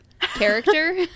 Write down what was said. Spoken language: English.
character